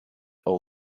all